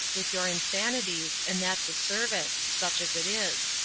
with your insanities, and that's a service such as it is.